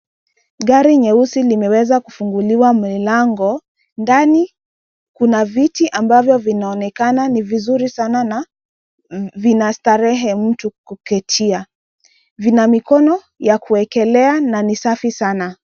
Gari nyeusi limeweza kufunguliwa mlango . Ndani kuna viti ambavyo vinaonekana ni vizuri sana na vina starehe mtu kuketia. Vina mikono ya kuwekelea na ni safi sana.